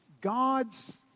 God's